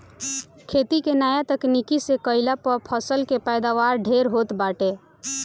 खेती के नया तकनीकी से कईला पअ फसल के पैदावार ढेर होत बाटे